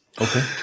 okay